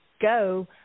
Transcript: go